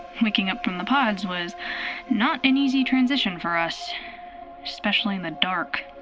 waking up from the pods was not an easy transition for us especially in the dark.